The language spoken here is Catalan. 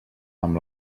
amb